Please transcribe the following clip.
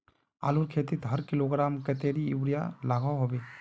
आलूर खेतीत हर किलोग्राम कतेरी यूरिया लागोहो होबे?